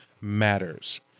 matters